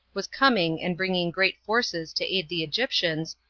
was coming and bringing great forces to aid the egyptians,